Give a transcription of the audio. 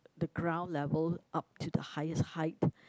the ground level up to the highest height